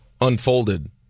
unfolded